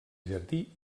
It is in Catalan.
jardí